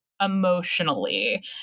emotionally